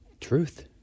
Truth